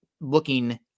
looking